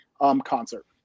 concert